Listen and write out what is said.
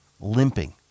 limping